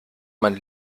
man